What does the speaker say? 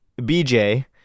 BJ